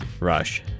rush